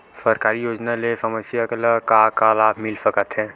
सरकारी योजना ले समस्या ल का का लाभ मिल सकते?